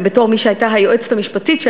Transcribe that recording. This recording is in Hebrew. בתור מי שהייתה היועצת המשפטית של